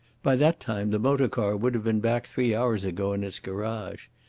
by that time the motor-car would have been back three hours ago in its garage.